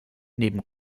neben